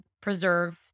preserve